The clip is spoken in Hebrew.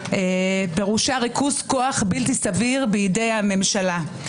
שפירושה ריכוז כוח בלתי סביר בידי הממשלה.